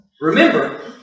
Remember